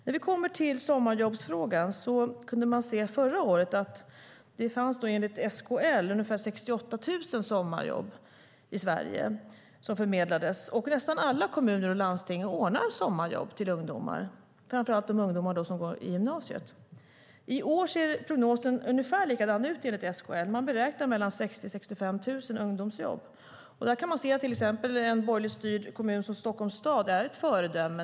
När det gäller sommarjobbsfrågan förmedlades det förra sommaren, enligt SKL, ca 68 000 sommarjobb i Sverige. Nästan alla kommuner och landsting ordnar sommarjobb till ungdomar, framför allt de ungdomar som går på gymnasiet. I år ser prognosen ungefär likadan ut, enligt SKL. Man beräknar att det blir 60 000-65 000 ungdomsjobb. En borgerligt styrd kommun som Stockholm är ett föredöme.